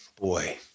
Boy